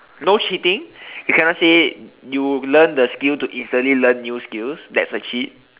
no cheating you cannot say you learn the skill to instantly learn new skills that's a cheat